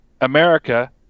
America